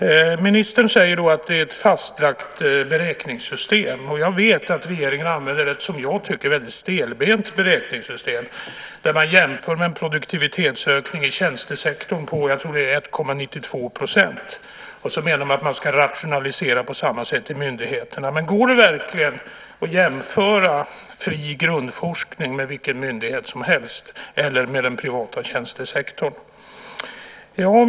Ministern säger att det är ett fastlagt beräkningssystem. Jag vet att regeringen använder ett, som jag tycker, väldigt stelbent beräkningssystem. Man jämför med en produktivitetsökning inom tjänstesektorn på 1,92 %. Sedan menar man att myndigheterna ska rationalisera på samma sätt. Men går det verkligen att jämföra fri grundforskning med vilken myndighet som helst eller med den privata tjänstesektorn?